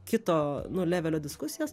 kito nu levelio diskusijas